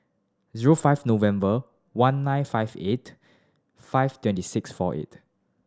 zero five November one nine five eight five twenty six four eight